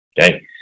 Okay